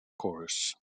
chorus